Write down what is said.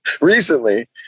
Recently